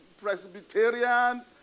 Presbyterian